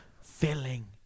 filling